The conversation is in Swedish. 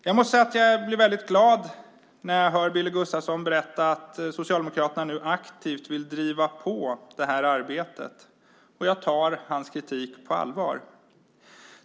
Jag måste säga att jag blir väldigt glad när jag hör Billy Gustafsson berätta att Socialdemokraterna nu aktivt vill driva på det här arbetet. Jag tar hans kritik på allvar.